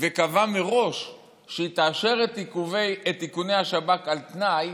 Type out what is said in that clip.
וקבעה מראש שהיא תאשר את איכוני השב"כ על תנאי,